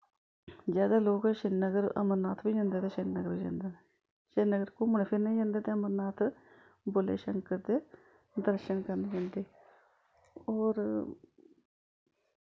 जादै लोग श्रीनगर अमरनाथ बी जंदे ते श्रीनगर बी जंदे श्रीनगर घुम्मन फिरन जंदे ते अमरनाथ भोले शंकर दे दर्शन करन जंदे और